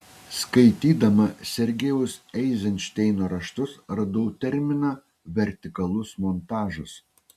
skaitydama sergejaus eizenšteino raštus radau terminą vertikalus montažas